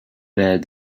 bad